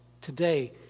today